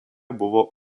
buvo